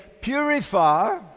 purify